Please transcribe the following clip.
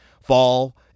fall